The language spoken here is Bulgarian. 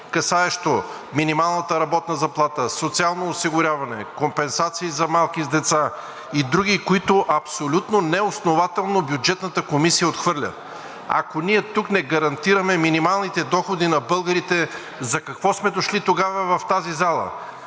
касаещо минималната работна заплата, социално осигуряване, компенсации за майки с деца и други, които абсолютно неоснователно Бюджетната комисия отхвърля. Ако ние тук не гарантираме минималните доходи на българите, за какво сме дошли тогава в тази зала?!